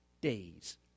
days